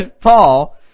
Paul